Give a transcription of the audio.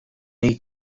need